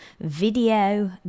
video